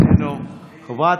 איננו,